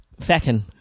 feckin